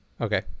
okay